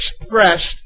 expressed